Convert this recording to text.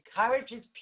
encourages